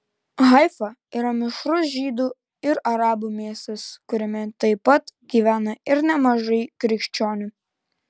haifa yra mišrus žydų ir arabų miestas kuriame taip pat gyvena ir nemažai krikščionių